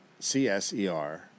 CSER